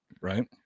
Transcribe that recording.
right